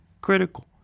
critical